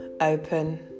open